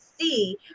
see